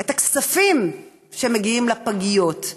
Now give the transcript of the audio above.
את הכספים שמגיעים לפגיות,